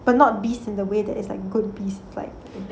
but not beast in the way that is like good beast type